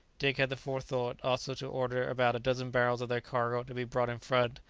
dick had the forethought also to order about a dozen barrels of their cargo to be brought in front,